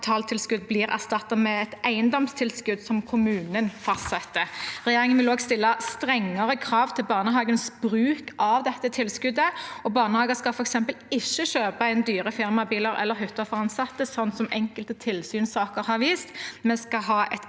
kapitaltilskudd blir erstattet med et eiendomstilskudd som kommunen fastsetter. Regjeringen vil også stille strengere krav til barnehagens bruk av dette tilskuddet. Barnehager skal f.eks. ikke kjøpe inn dyre firmabiler eller hytter for ansatte, slik enkelte tilsynssaker har vist.